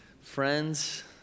friends